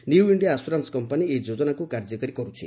new India assurance company ଏହି ଯୋଜନାକୁ କାର୍ଯ୍ୟକାରୀ କରୁଛି